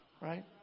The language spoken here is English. Right